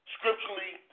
Scripturally